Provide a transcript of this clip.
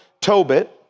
Tobit